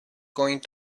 going